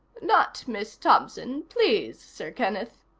not miss thompson, please, sir kenneth,